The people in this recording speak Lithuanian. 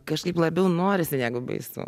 kažkaip labiau norisi negu baisu